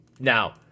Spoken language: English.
Now